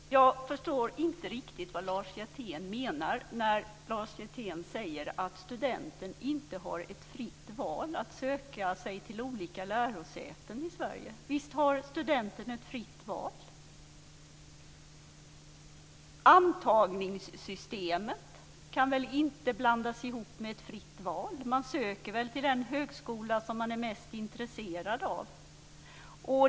Herr talman! Jag förstår inte riktigt vad Lars Hjertén menar när han säger att studenten inte har ett fritt val att söka sig till olika lärosäten i Sverige. Visst har studenten ett fritt val. Antagningssystemet kan väl inte blandas ihop med ett fritt val. Man söker väl till den högskola som man är mest intresserad av?